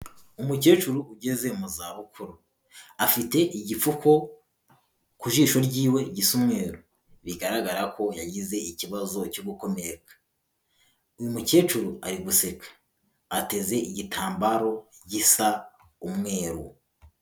Umukecuru ugeze mu zabukuru, afite igipfuku ku jisho ryiwe gisa umweru, bigaragara ko yagize ikibazo cyo gukomeraka, uyu mukecuru ari guseka ateze igitambaro gisa umweru.